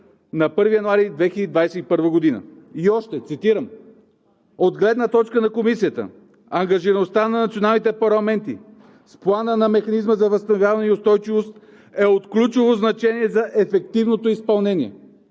на 1 януари 2021 г.“ И още: „От гледна точка на Комисията ангажираността на националните парламенти с плана на Механизма за възстановяване и устойчивост е от ключово значение за ефективното изпълнение.